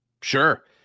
Sure